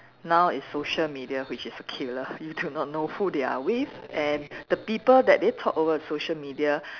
now it's social media which is a killer you do not know who they are with and the people that they talk over social media